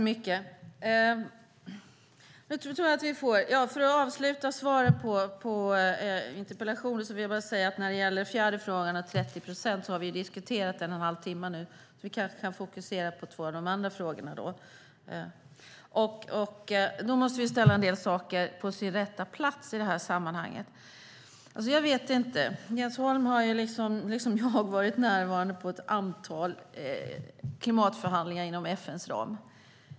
Herr talman! För att avsluta svaret på interpellationen vill jag bara säga att vi har diskuterat den fjärde frågan om 30 procent i en halvtimme. Vi kanske kan fokusera på två av de andra frågorna. Vi måste sätta en del saker på sin rätta plats i det här sammanhanget. Jens Holm har, liksom jag, varit närvarande vid ett antal klimatförhandlingar inom FN:s ram.